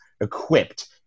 equipped